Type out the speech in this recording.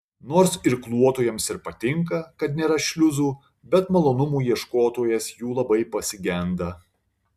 nors irkluotojams ir patinka kad nėra šliuzų bet malonumų ieškotojas jų labai pasigenda